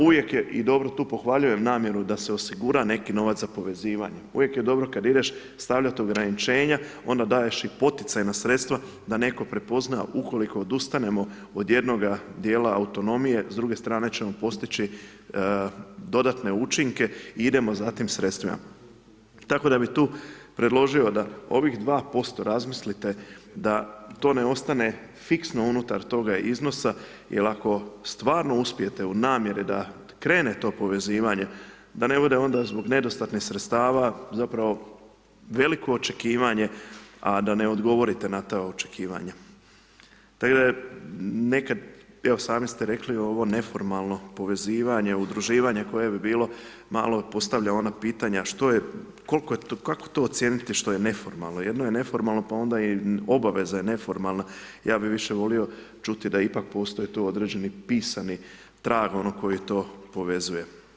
Uvijek je i dobro, tu pohvaljujem namjeru da se osigura neki novac za povezivanje, uvijek je dobro kada ideš stavljati ograničenja, onda daješ i poticajna sredstva da netko prepozna ukoliko odustanemo od jednoga dijela autonomije, s druge strane ćemo postići dodatne učinke i idemo za tim sredstvima, tako da bih tu predložio da ovih 2% razmislite da to ne ostane fiksno unutar toga iznosa jel ako stvarno uspijete u namjeri da krene to povezivanje, da ne bude onda zbog nedostatnih sredstava, zapravo, veliko očekivanje, a da ne odgovorite na ta očekivanja, tako da je nekada, evo, sami ste rekli ovo neformalno povezivanje i udruživanje koje bi bilo, malo postavlja ona pitanja, što je, koliko je to, kako to ocijeniti što je neformalno, jedno je neformalno, pa onda i obaveza je neformalna, ja bi više volio čuti da je ipak postoje tu određeni pisani trag ono koje to povezuje.